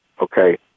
okay